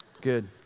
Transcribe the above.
good